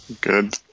Good